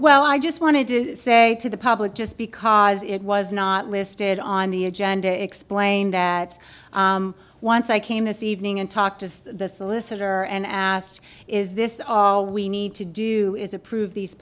well i just wanted to say to the public just because it was not listed on the agenda explained that once i came this evening and talked to the solicitor and asked is this all we need to do is approve these